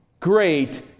Great